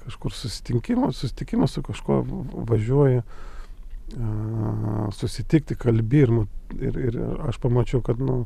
kažkur susitinkimas susitikimas su kažkuo važiuoja a susitikti kalbi ir ir ir aš pamačiau kad nu